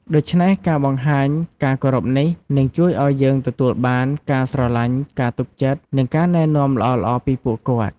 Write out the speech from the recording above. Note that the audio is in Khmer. ដូច្នេះ ការបង្ហាញការគោរពនេះ នឹងជួយឱ្យយើងទទួលបាន ការស្រឡាញ់ ការទុកចិត្ត និងការណែនាំល្អៗពីពួកគាត់។